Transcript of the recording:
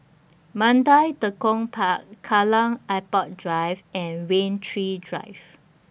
Mandai Tekong Park Kallang Airport Drive and Rain Tree Drive